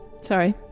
Sorry